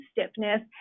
stiffness